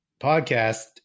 podcast